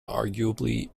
arguably